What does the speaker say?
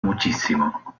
muchísimo